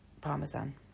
parmesan